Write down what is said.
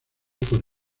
por